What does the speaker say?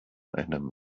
einem